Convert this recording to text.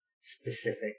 specific